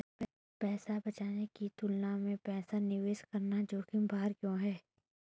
पैसा बचाने की तुलना में पैसा निवेश करना जोखिम भरा क्यों है?